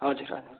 हजुर हजुर